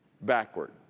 backward